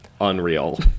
Unreal